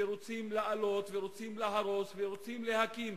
ורוצים לעלות ורוצים להרוס ורוצים להקים.